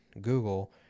Google